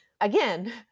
again